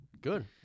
Good